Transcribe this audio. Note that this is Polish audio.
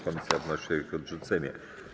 Komisja wnosi o ich odrzucenie.